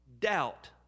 doubt